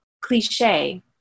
cliche